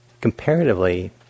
comparatively